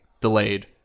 delayed